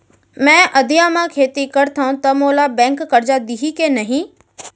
मैं अधिया म खेती करथंव त मोला बैंक करजा दिही के नही?